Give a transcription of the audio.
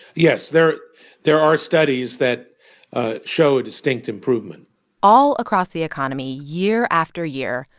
yes. there there are studies that show a distinct improvement all across the economy, year after year,